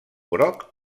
groc